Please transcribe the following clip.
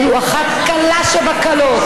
ולו אחת קלה שבקלות,